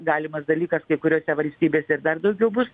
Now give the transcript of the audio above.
galimas dalykas kai kuriose valstybėse ir dar daugiau bus